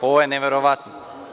Ovo je neverovatno.